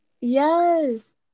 Yes